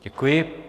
Děkuji.